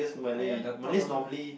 !aiya! the pot also h~